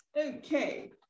Okay